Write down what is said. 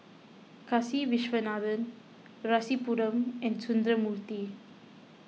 Kasiviswanathan Rasipuram and Sundramoorthy